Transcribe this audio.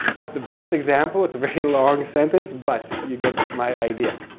not the best example, it's a very long sentence, but you get my idea.